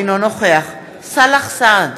אינו נוכח סאלח סעד,